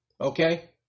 Okay